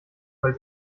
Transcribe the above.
weil